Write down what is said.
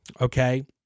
okay